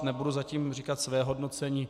Nebudu zatím říkat své hodnocení.